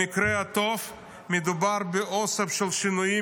במקרה הטוב מדובר באוסף של שינויים